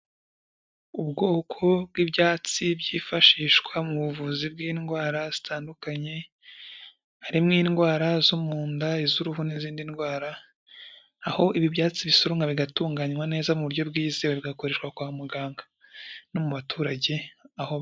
Ubwoko bw'ibyatsi byifashishwa mu buvuzi bw'indwara zitandukanye, harimo indwara zo mu nda, iz'uruhu n'izindi ndwara. Aho ibi byatsi bisoromwa bigatunganywa neza mu buryo bwizewe bigakoreshwa kwa muganga no mu baturage aho.